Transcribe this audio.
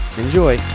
Enjoy